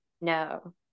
No